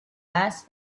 asked